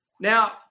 Now